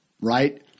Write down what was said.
right